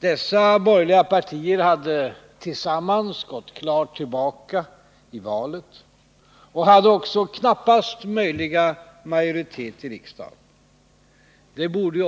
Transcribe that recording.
Dessa borgerliga partier hade tillsammans gått klart tillbaka i valet och hade också knappast möjliga majoritet i riksdagen. Det borde